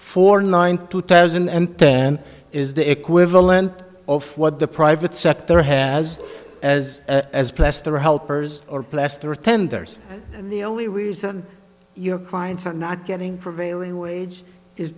four nine two thousand and ten is the equivalent of what the private sector has as as plaster helpers or plaster tenders the only reason your clients are not getting prevailing wage is